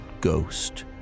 Ghost